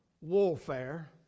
Warfare